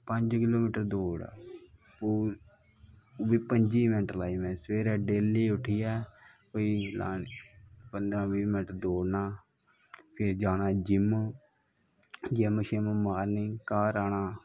पंज kilometre दौड़ ऐ पूरी ओह् बी पंजी मैंट लाई ही में सवेरैं डेल्ली उट्ठियै कोई पंदरां बाह् मैंट दौड़ना फिर जाना जिम्म जिम्म शिमे मारनी घर आना